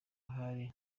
hari